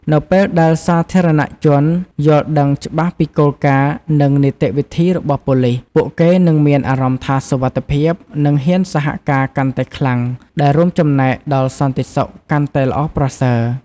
នៅពេលដែលសាធារណជនយល់ដឹងច្បាស់ពីគោលការណ៍ និងនីតិវិធីរបស់ប៉ូលិស ពួកគេនឹងមានអារម្មណ៍ថាសុវត្ថិភាព និងហ៊ានសហការកាន់តែខ្លាំង ដែលរួមចំណែកដល់សន្តិសុខកាន់តែល្អប្រសើរ។